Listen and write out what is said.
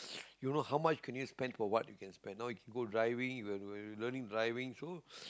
you know how much can you spend for what you can spend now you can go driving you you learning driving so